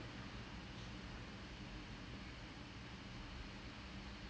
he !wah! he jump in the air you catch you spin